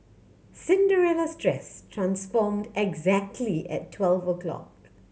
Cinderella's dress transformed exactly at twelve o'clock